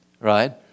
right